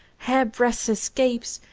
hairbreadth escapes,